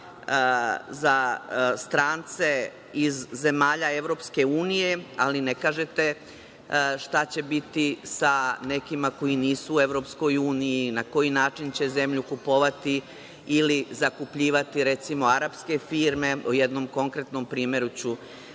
za strance iz zemalja EU, ali ne kažete šta će biti sa nekima koji nisu u EU, na koji način će zemlju kupovati ili zakupljivati, recimo, arapske firme, a o jednom konkretnom primeru ću